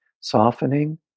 softening